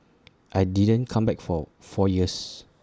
I didn't come back for four years